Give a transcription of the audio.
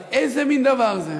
אבל איזה מין דבר זה